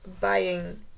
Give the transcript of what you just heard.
buying